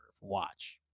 Watch